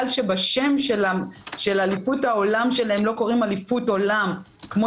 שבשם של אליפות העולם שלהם לא קוראים אליפות עולם כפי